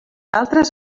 altres